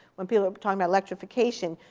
when people are talking about electrification,